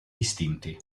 distinti